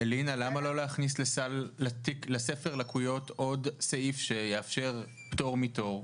למה לא להכניס לספר לקויות עוד סעיף שיאפשר פטור מתור?